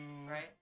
Right